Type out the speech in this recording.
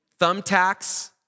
thumbtacks